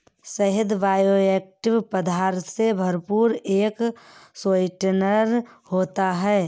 शहद बायोएक्टिव पदार्थों से भरपूर एक स्वीटनर होता है